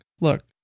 look